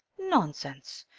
nonsense!